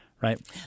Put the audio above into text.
Right